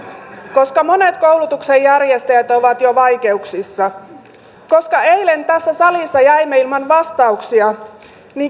koska monet koulutuksenjärjestäjät ovat jo vaikeuksissa koska eilen tässä salissa jäimme ilman vastauksia